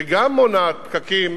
שגם מונעת פקקים,